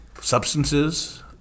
substances